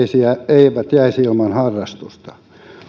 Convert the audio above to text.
eivät jäisi ilman harrastusta